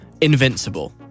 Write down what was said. invincible